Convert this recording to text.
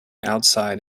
outside